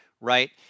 right